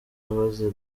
bazira